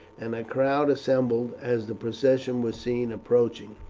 and a crowd assembled as the procession was seen approaching,